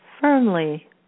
firmly